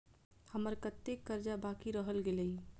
हम्मर कत्तेक कर्जा बाकी रहल गेलइ?